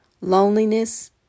loneliness